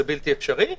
זה בלתי אפשרי.